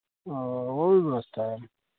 ओ वो भी व्यवस्था है